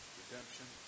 redemption